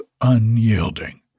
unyielding